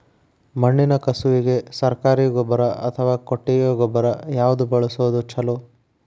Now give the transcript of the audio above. ಮಣ್ಣಿನ ಕಸುವಿಗೆ ಸರಕಾರಿ ಗೊಬ್ಬರ ಅಥವಾ ಕೊಟ್ಟಿಗೆ ಗೊಬ್ಬರ ಯಾವ್ದು ಬಳಸುವುದು ಛಲೋ?